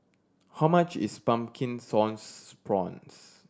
how much is Pumpkin Sauce Prawns